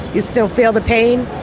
you still feel the pain,